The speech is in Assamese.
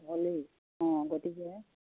হ'ল অঁ গতিকে